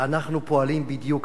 אנחנו פועלים בדיוק ההיפך.